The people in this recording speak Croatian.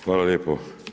Hvala lijepo.